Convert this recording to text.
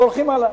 והולכים הלאה.